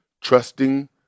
trusting